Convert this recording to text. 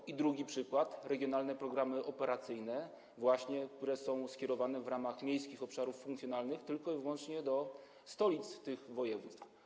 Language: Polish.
I drugi przykład: regionalne programy operacyjne, które są skierowane w ramach miejskich obszarów funkcjonalnych tylko i wyłącznie do stolic tych województw.